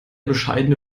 bescheidene